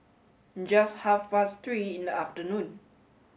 just half past three in the afternoon